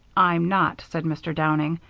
i'm not, said mr. downing.